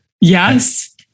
Yes